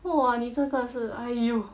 !wah! 你真的是 !aiyo!